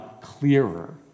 clearer